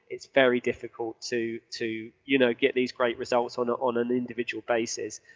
it's very difficult to to you know get these great results on on an individual basis.